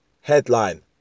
Headline